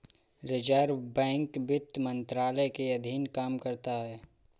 reserve Bank वित्त मंत्रालय के अधीन काम करता है